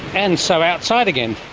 and so outside again